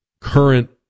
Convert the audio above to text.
current